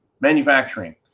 Manufacturing